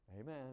Amen